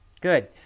Good